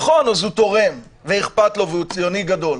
נכון, אז הוא תורם ואכפת לו והוא ציוני גדול,